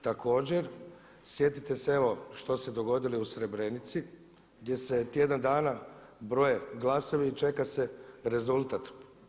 Također, sjetite se evo što se je dogodilo i u Srebrenici gdje se tjedan dana broje glasovi i čeka se rezultat.